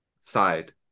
side